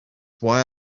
why